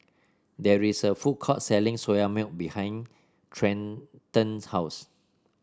there is a food court selling Soya Milk behind Trenten's house